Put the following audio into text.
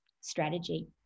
strategy